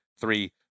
three